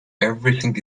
everything